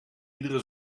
iedere